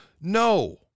no